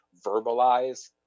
verbalize